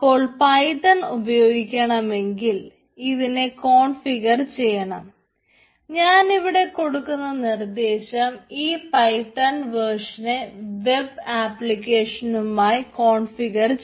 അപ്പോൾ പൈത്തൻ ഉപയോഗിക്കണമെങ്കിൽ ഇതിനെ കോൺഫിഗർ